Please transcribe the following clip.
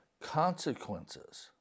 consequences